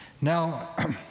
Now